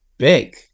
big